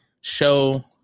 show